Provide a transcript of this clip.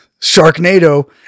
Sharknado